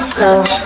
Slow